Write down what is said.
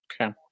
Okay